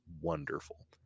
wonderful